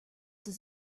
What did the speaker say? does